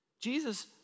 Jesus